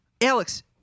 Alex